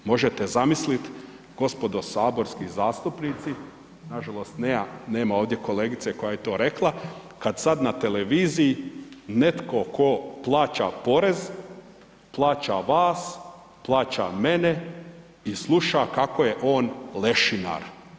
Možete zamisliti gospodo saborski zastupnici, nažalost nema ovdje kolegice koja je to rekla kad sad na televiziji netko tko plaća porez, plaća vas, plaća mene i sluša kako je on lešinar.